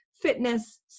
fitness